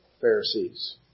Pharisees